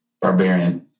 Barbarian